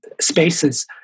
spaces